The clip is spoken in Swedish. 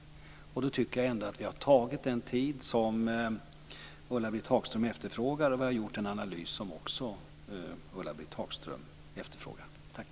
Mot den bakgrunden tycker jag att vi ändå har tagit den tid på oss och att vi har gjort den analys som Ulla-Britt Hagström efterfrågar. Tack!